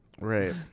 Right